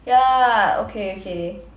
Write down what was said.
ya okay okay